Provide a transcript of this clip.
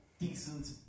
decent